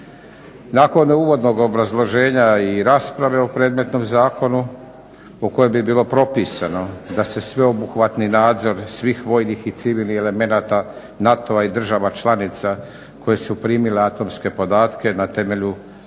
Nakon uvodnog obrazloženja i rasprave o predmetnom zakonu u kojem bi bilo propisano da se sveobuhvatni nadzor svih vojnih i civilnih elemenata NATO-a i država članica koje su primile atomske podatke na temelju Sporazuma